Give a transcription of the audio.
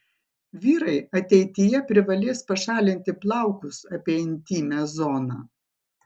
vyrai ateityje privalės pašalinti plaukus apie intymią zoną